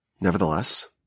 Nevertheless